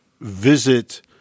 visit